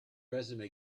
resume